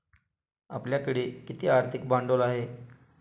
आपल्याकडे किती आर्थिक भांडवल आहे?